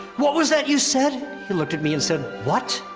what was that you said? he looked at me and said, what?